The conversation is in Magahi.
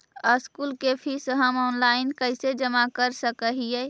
स्कूल के फीस हम ऑनलाइन कैसे जमा कर सक हिय?